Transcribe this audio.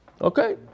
Okay